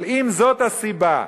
אבל אם זאת הסיבה,